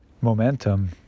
momentum